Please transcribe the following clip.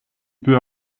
peux